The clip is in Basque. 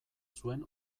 zuen